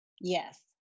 Yes